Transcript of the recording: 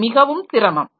இது மிகவும் சிரமம்